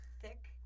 thick